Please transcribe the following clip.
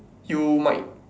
you might